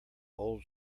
old